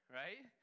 right